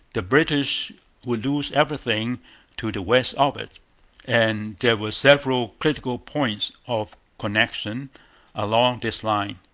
the british would lose everything to the west of it and there were several critical points of connection along this line.